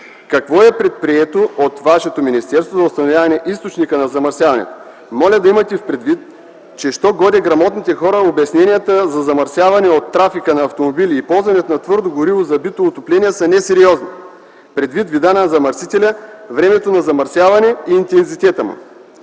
Какво е предприето от вашето министерство за установяване източника на замърсяване? Моля да имате предвид, че за що-годе грамотните хора обясненията за замърсяване от трафика на автомобили и ползването на твърдо гориво за битово отопление са несериозни, предвид вида на замърсителя, времето на замърсяване и интензитета му.